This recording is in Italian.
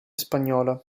spagnola